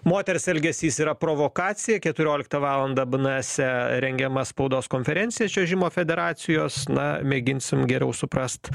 moters elgesys yra provokacija keturioliktą valandą b n ese rengiama spaudos konferencija čiuožimo federacijos na mėginsim geriau suprast